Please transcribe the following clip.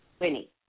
Winnie